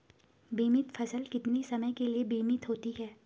बीमित फसल कितने समय के लिए बीमित होती है?